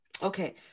Okay